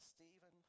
Stephen